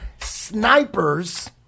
snipers